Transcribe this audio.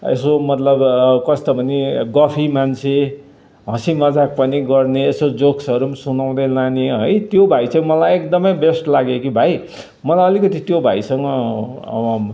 यसो मतलब कस्तो भने गफी मान्छे हँसी मजाक पनि गर्ने यसो जोक्सहरू सुनाउँदै लाने है त्यो भाइ चाहिँ मलाई एकदमै बेस्ट लाग्यो कि भाइ मलाई अलिकति त्यो भाइसँग